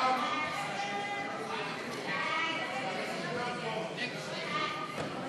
סעיפים 1